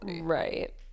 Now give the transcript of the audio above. Right